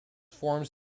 forms